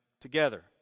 together